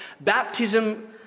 Baptism